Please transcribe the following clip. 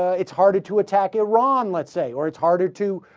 it's harder to attack iran let's say or it's harder to